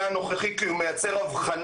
או כשיש מקרה שבן אדם הוא מרותק בית,